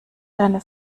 deine